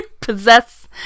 possess